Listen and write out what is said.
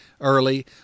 early